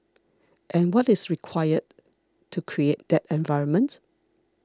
and what is required to create that environment